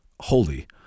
holy